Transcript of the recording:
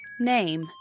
Name